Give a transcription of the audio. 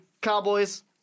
Cowboys